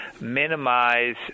minimize